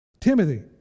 Timothy